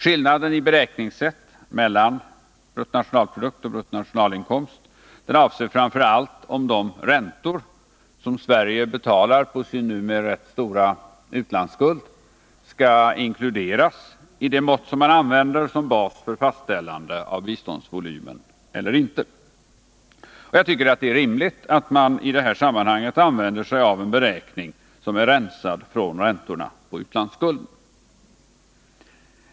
Skillnaden i beräkningssätt mellan bruttonationalprodukt och bruttonationalinkomst består framför allt i om de räntor som Sverige betalar på sin numera rätt stora utlandsskuld skall inkluderas i det mått som man använder som bas för fastställande av biståndsvolymen eller inte. Jag tycker att det är rimligt att man i det här sammanhanget använder sig av en beräkning som är rensad från räntorna på utlandsskulden.